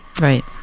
Right